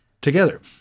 together